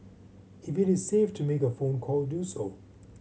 if it is safe to make a phone call do so